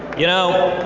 you know,